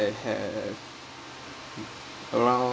I have around